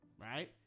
right